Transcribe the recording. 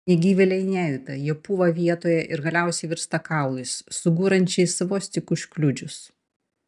negyvėliai nejuda jie pūva vietoje ir galiausiai virsta kaulais sugūrančiais vos tik užkliudžius